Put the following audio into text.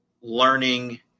learning